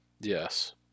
yes